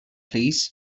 please